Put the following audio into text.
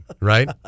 right